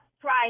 try